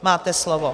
Máte slovo.